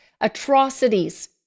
atrocities